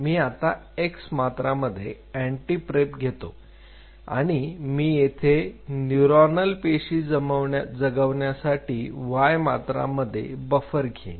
मी आता x मात्रामध्ये Optiprep घेतो आणि मी येथे न्यूरॉनल पेशी जगवण्यासाठी y मात्रामध्ये बफर घेईन